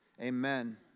amen